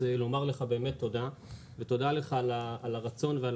אז לומר לך באמת תודה ותודה לך על הרצון ועל